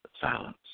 silence